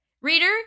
Reader